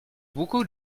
beaucoup